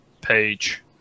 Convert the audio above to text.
Page